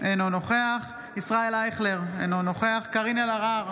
אינו נוכח ישראל אייכלר, אינו נוכח קארין אלהרר,